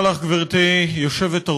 תודה לך, גברתי היושבת-ראש,